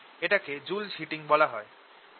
এটাকে Joule's heating বলা হয়